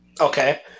okay